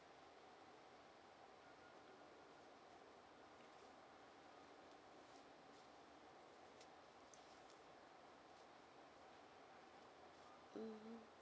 mm